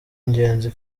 ingenzi